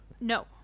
No